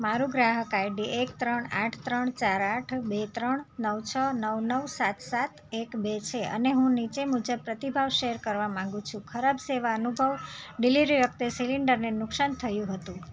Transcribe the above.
મારું ગ્રાહક આઈડી એક ત્રણ આઠ ત્રણ ચાર આઠ બે ત્રણ નવ છ નવ નવ સાત સાત એક બે છે અને હું નીચે મુજબ પ્રતિભાવ શેર કરવા માગું છું ખરાબ સેવા અનુભવ ડિલિવરી વખતે સિલિન્ડરને નુકસાન થયું હતું